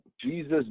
Jesus